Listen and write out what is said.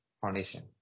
Foundation